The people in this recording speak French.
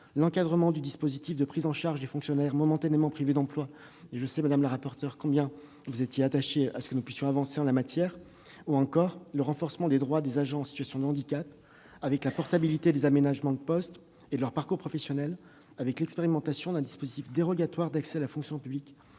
l'encadrement du dispositif de prise en charge des fonctionnaires momentanément privés d'emploi dans la fonction publique territoriale- madame le rapporteur, je sais combien vous étiez attachée à ce que nous puissions avancer sur ce dossier -, ou encore le renforcement des droits des agents en situation de handicap, avec la portabilité des aménagements de poste et de leurs parcours professionnels, et l'expérimentation d'un dispositif dérogatoire d'accès à la fonction publique